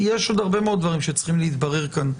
יש עוד הרבה מאוד דברים שצריכים להתברר כאן,